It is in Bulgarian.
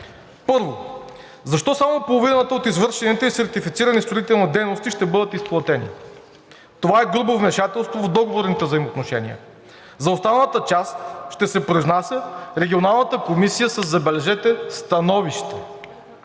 Първо, защо само половината от извършените и сертифицирани строителни дейности ще бъдат изплатени? Това е грубо вмешателство в договорните взаимоотношения. За останалата част ще се произнася Регионалната комисия със, забележете, становище.